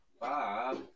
Bob